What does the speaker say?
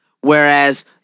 Whereas